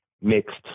Mixed